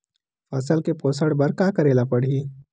फसल के पोषण बर का करेला पढ़ही?